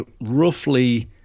roughly